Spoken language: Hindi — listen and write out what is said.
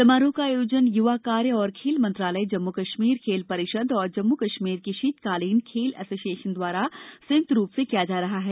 समारोह का आयोजन युवा कार्य और खेल मंत्रालय जम्मू कश्मीर खेल परिषद और जम्मू कश्मीर की शीतकालीन खेल एसोसिएशन द्वारा संयुक्त रूप से किया जा रहा है